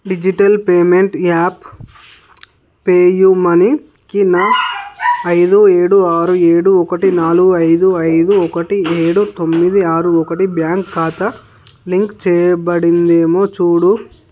digital payment app PayU మనీకి నా ఐదు ఏడు ఆరు ఏడు ఒకటి నాలుగు ఐదు ఐదు ఒకటి ఏడు తొమ్మిది ఆరు ఒకటి బ్యాంక్ ఖాతా లింకు చేయబడిందేమో చూడు